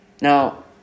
Now